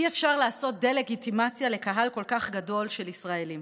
אי-אפשר לעשות דה-לגיטימציה לקהל כל כך גדול של ישראלים,